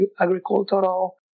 agricultural